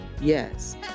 yes